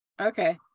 Okay